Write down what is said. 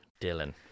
Dylan